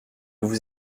vous